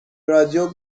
رادیو